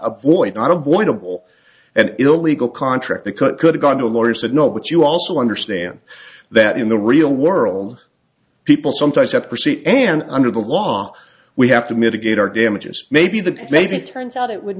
a void not avoidable an illegal contract that could could have gone to a lawyer said no but you also understand that in the real world people sometimes have perceived and under the law we have to mitigate our damages maybe the maybe it turns out it would